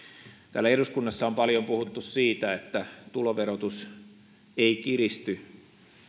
täällä eduskunnassa on paljon puhuttu siitä että tuloverotus ei kiristy